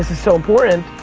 is so important,